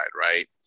right